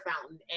fountain